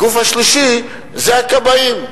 הגוף השלישי זה הכבאים.